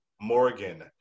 Morgan